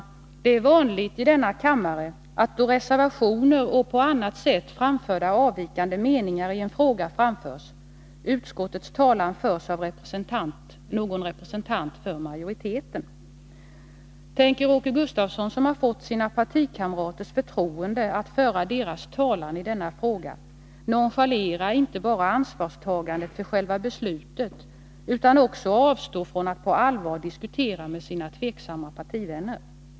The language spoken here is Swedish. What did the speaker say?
Vidare är det vanligt i denna kammare att, då reservationer och på annat sätt framförda avvikande meningar i en fråga framförs, utskottets talan förs av någon representant för majoriteten. Tänker Åke Gustavsson, som fått sina partikamraters förtroende att föra deras talan i denna fråga, inte bara nonchalera ansvarstagandet för själva beslutet utan också avstå från att på allvar diskutera med sina tveksamma partivänner?